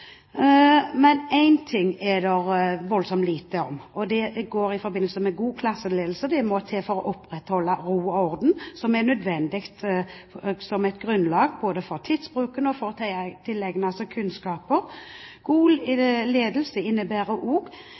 det er god klasseledelse. Det må til for å opprettholde ro og orden, som er et nødvendig grunnlag både for tidsbruken og for å tilegne seg kunnskaper. God ledelse innebærer